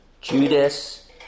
Judas